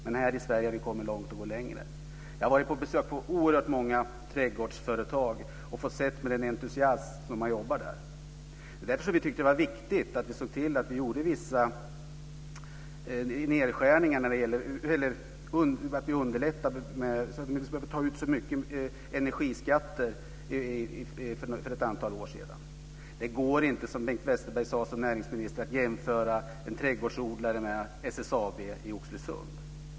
Men här i Sverige har vi kommit långt och vi går längre. Jag har besökt oerhört många trädgårdsföretag och sett med vilken entusiasm man jobbar där. Det är därför vi tyckte att det var viktigt att se till att vi underlättade genom att inte ta ut så mycket energiskatter för ett antal år sedan. Det går inte, som Per Westerberg sade som näringsminister, att jämföra en trädgårdsodlare med SSAB i Oxelösund.